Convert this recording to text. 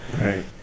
right